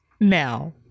now